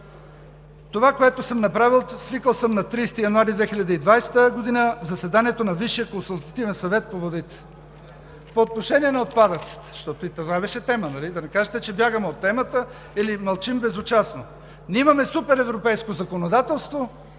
Това, което съм направил: свикал съм на 30 януари 2020 г. заседанието на Висшия консултативен съвет по водите. По отношение на отпадъците, защото и това беше тема – да не кажете, че бягаме от темата или мълчим безучастно. Ние имаме суперевропейско законодателство